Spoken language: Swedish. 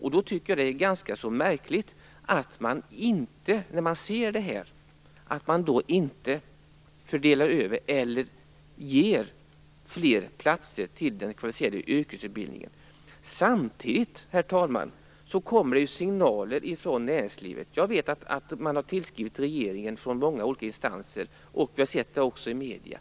Jag tycker att det är ganska märkligt att man inte fördelar över, eller ger, fler platser till den kvalificerade yrkesutbildningen. Samtidigt, herr talman, kommer det signaler från näringslivet. Jag vet att man har skrivit till regeringen från många olika instanser. Vi har också sett det i medierna.